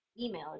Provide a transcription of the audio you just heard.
email